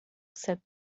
said